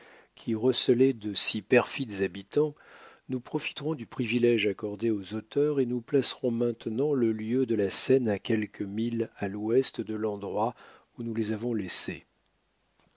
qui recelait de si perfides habitants nous profiterons du privilège accordé aux auteurs et nous placerons maintenant le lieu de la scène à quelques milles à l'ouest de l'endroit où nous les avons laissés